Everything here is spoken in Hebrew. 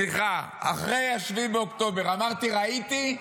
סליחה, אחרי 7 באוקטובר, אמרתי: ראיתי?